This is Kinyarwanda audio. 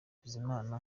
bizimana